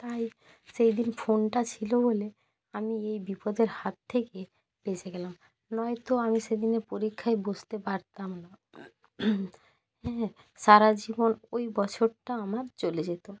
তাই সেই দিন ফোনটা ছিলো বলে আমি এই বিপদের হাত থেকে বেঁচে গেলাম নয়তো আমি সেদিনের পরীক্ষায় বসতে পারতাম না হ্যাঁ সারা জীবন ওই বছরটা আমার চলে যেতো